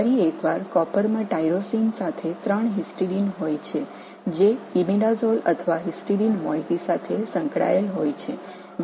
மீண்டும் தாமிரத்தில் டைரோசினுடன் மூன்று ஹிஸ்டிடின் குறுக்கு இணைப்பில் உள்ளது ஹைட்ராக்ஸோ தொகுதி இமிடாசோல் அல்லது ஹிஸ்டிடின் மொயட்டி நோக்கி உள்ளது